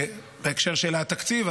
ובהקשר של התקציב,